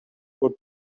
for